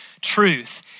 truth